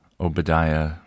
Obadiah